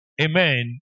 Amen